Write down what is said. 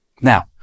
Now